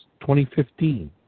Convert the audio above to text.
2015